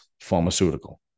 pharmaceutical